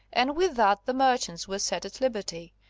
and with that the merchants were set at liberty,